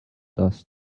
dust